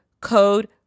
code